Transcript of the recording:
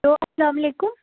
hello اسلام علیکُم